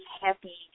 happy